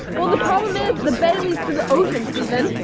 well, the problem is, the bay leads to the ocean, stephen.